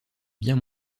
bien